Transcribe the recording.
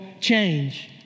change